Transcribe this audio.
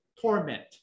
Torment